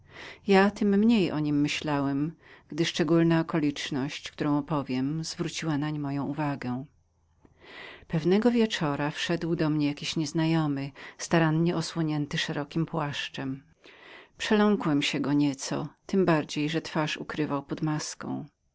ja tem mniej o nim myślałem gdy szczególna okoliczność którą opowiem zwróciła nań moją uwagę pewnego wieczora wszedł do mnie jakiś nieznajomy owinięty w szeroki płaszcz przeląkłem się go nieco tem bardziej że twarz swą ukrywał pod maską